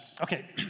Okay